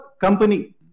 company